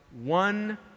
one